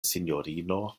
sinjorino